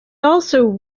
also